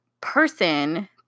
person